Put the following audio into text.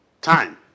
time